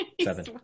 seven